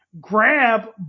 grab